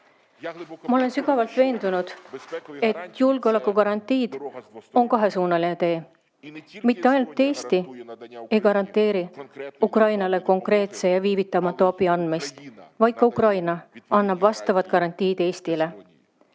Ma olen sügavalt veendunud, et julgeolekugarantiid on kahesuunaline tee. Mitte ainult Eesti ei garanteeri Ukrainale konkreetse ja viivitamatu abi andmist, vaid ka Ukraina annab vastavad garantiid Eestile.